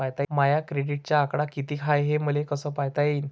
माया क्रेडिटचा आकडा कितीक हाय हे मले कस पायता येईन?